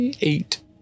eight